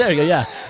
yeah yeah.